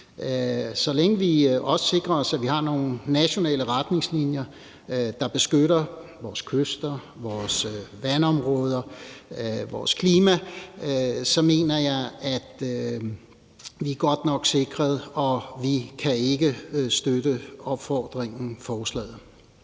Så længe vi også sikrer os, at vi har nogle nationale retningslinjer, der beskytter vores kyster, vores vandområder og vores klima, mener jeg, at vi er godt nok sikret, og vi kan ikke støtte opfordringen i forslaget.